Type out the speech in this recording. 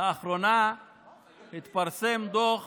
לאחרונה התפרסם דוח